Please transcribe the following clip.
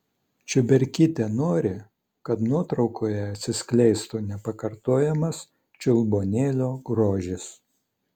čiuberkytė nori kad nuotraukoje atsiskleistų nepakartojamas čiulbuonėlio grožis